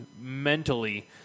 mentally